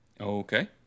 Okay